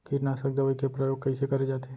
कीटनाशक दवई के प्रयोग कइसे करे जाथे?